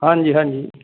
ਹਾਂਜੀ ਹਾਂਜੀ